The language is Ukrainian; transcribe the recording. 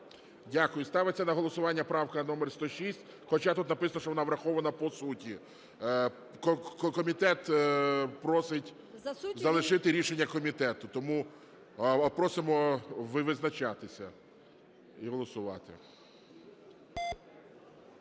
Дякую. Ставиться на голосування правка номер 106, хоча тут написано, що вона врахована по суті. Комітет просить залишити рішення комітету. Тому просимо визначатися і голосувати.